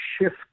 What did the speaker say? shift